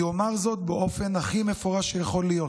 אני אומר זאת באופן הכי מפורש שיכול להיות: